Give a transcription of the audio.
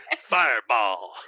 Fireball